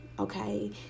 Okay